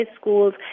schools